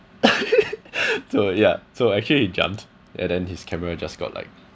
so ya so actually he jumped and then his camera just got like